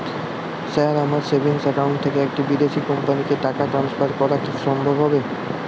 Sir আমার savings account থেকে একটি বিদেশি কোম্পানিকে টাকা ট্রান্সফার করা কীভাবে সম্ভব?